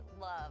love